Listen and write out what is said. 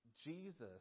Jesus